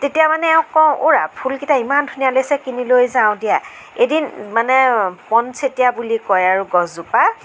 তেতিয়া মানে এওঁক কওঁ অওৰা ফুলকেইটা ইমান ধুনীয়া লাগিছে লৈ যাওঁ দিয়া এদিন মানে পণ চেতিয়া বুলি কয় আৰু গছজোপা